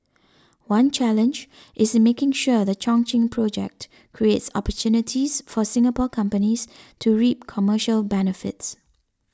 one challenge is in making sure the Chongqing project creates opportunities for Singapore companies to reap commercial benefits